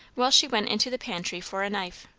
while she went into the pantry for a knife.